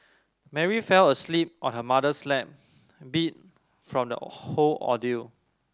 Mary fell asleep on her mother's lap beat from the whole ordeal